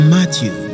Matthew